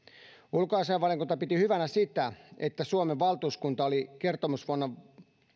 ulkoasiainvaliokunta piti hyvänä sitä että suomen valtuuskunta oli kertomusvuonna